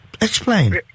Explain